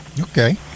Okay